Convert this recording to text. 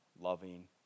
loving